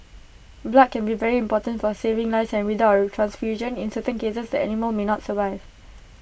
blood can be very important for saving lives and without A transfusion in certain cases the animal may not survive